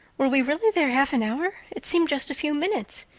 were we really there half an hour? it seemed just a few minutes.